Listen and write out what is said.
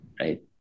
right